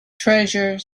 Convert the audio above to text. treasure